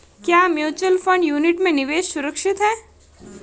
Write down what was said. क्या mutual fund unit में निवेश सुरक्षित है?